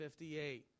58